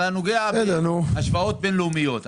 אתה מדבר על השוואות בין לאומיות.